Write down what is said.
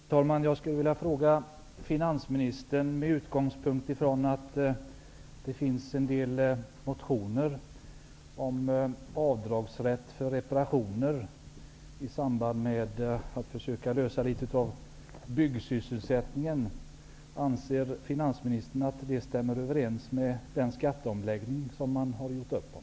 Fru talman! Jag skulle vilja ställa en fråga till finansministern med utgångpunkt från att det finns en del motioner om avdragsrätten för reparationer, i samband med att man försöker lösa en del av problemen med byggsysselsättningen. Anser finansministern att det stämmer överens med den skatteomläggning som man gjort upp om?